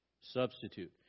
Substitute